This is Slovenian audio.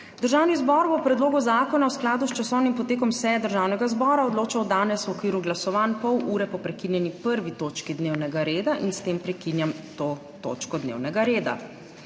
Državni zbor bo o predlogu zakona v skladu s časovnim potekom seje Državnega zbora odločal danes, v okviru glasovanj, pol ure po prekinjeni 1. točki dnevnega reda in s tem prekinjam to točko dnevnega reda.